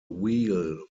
wheel